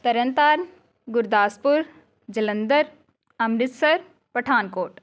Tarn Taran Gurdaspur Jalandhar Amritsar Pathankot